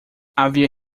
havia